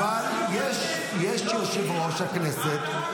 העובדה שיו"ר הכנסת --- יש יושב-ראש הכנסת,